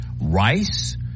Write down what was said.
Rice